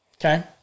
okay